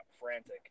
frantic